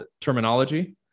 terminology